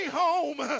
home